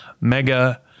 mega